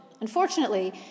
Unfortunately